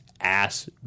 ass